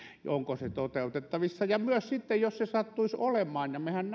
onko se toteutettavissa ja myös se jos se sattuisi olemaan ja mehän